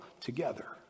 together